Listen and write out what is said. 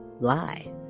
lie